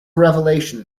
revelation